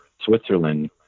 Switzerland